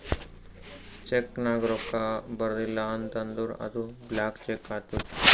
check ನಾಗ್ ರೊಕ್ಕಾ ಬರ್ದಿಲ ಅಂತ್ ಅಂದುರ್ ಅದು ಬ್ಲ್ಯಾಂಕ್ ಚೆಕ್ ಆತ್ತುದ್